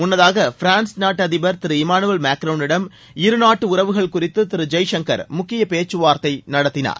முன்னதாக பிரான்ஸ் நாட்டு அதிபர் திரு இம்மானுவேல் மேக்ரோனிடம் இருநாட்டு உறவுகள் குறித்து திரு ஜெய்சங்கர் முக்கிய பேச்சுவார்த்தை நடத்தினார்